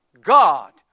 God